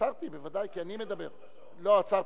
אדוני היושב-ראש, לאחמד